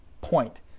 point